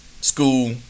school